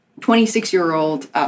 26-year-old